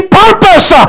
purpose